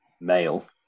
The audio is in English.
male